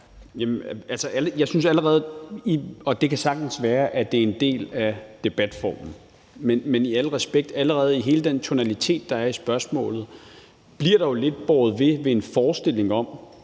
Hummelgaard): Jeg synes med al respekt – og det kan sagtens være, at det er en del af debatformen – at allerede i den tonalitet, der er i spørgsmålet, bliver der jo lidt båret ved til til